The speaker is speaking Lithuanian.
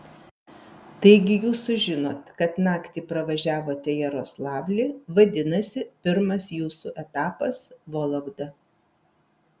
taigi jūs sužinot kad naktį pravažiavote jaroslavlį vadinasi pirmas jūsų etapas vologda